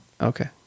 Okay